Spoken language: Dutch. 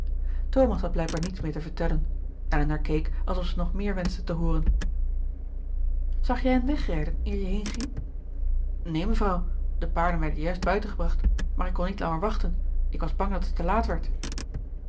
thomas had blijkbaar niets meer te vertellen elinor keek alsof ze nog meer wenschte te hooren zag je hen wegrijden eer je heenging neen mevrouw de paarden werden juist buiten gebracht maar ik kon niet langer wachten ik was bang dat het te laat werd